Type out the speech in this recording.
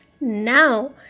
Now